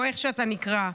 או איך שאתה נקרא: